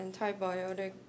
antibiotic